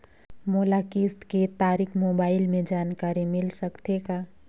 मोला किस्त के तारिक मोबाइल मे जानकारी मिल सकथे का?